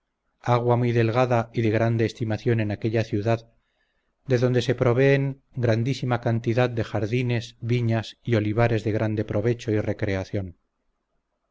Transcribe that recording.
agua muy delgada y de grande estimación en aquella ciudad de donde se proveen grandísima cantidad de jardines viñas y olivares de grande provecho y recreación